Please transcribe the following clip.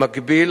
במקביל,